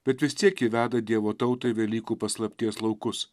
bet vis tiek ji veda dievo tautą į velykų paslapties laukus